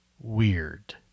weird